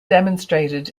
demonstrated